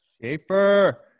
Schaefer